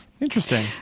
Interesting